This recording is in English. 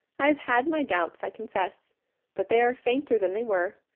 i have had my doubts, i confess but they are fainter than they were,